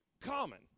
common